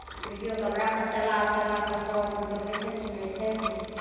video कैमरासभ चला चला कऽ सभ अपन देखै छथि सुनै छथि